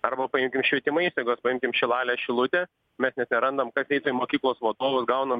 arba paimkim švietimo įstaigos paimkim šilalė šilutė mes net nerandam kas eitų į mokyklos vadovus gaunam